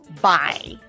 bye